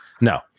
No